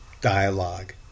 dialogue